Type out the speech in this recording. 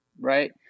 right